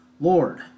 Lord